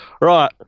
right